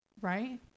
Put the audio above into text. right